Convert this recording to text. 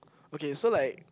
okay so like